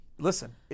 Listen